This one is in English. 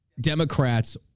Democrats